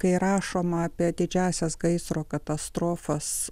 kai rašoma apie didžiąsias gaisro katastrofas